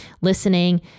listening